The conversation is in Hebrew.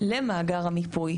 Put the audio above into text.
למאגר המיפוי.